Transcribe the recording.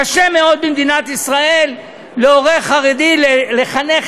קשה מאוד במדינת ישראל להורה חרדי לחנך